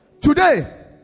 Today